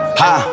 ha